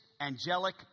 angelic